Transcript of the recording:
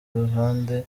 ruhande